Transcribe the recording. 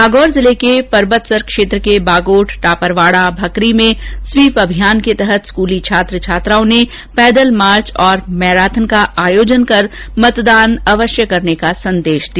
नागौर जिले के परबतसर क्षेत्र के बागोट टापरवाडा भकरी में स्वीप अभियान के तहत स्कूली छात्र छात्राओं ने पैदल मार्च और मैराथन का आयोजन कर मतदान अवश्य करने का संदेश दिया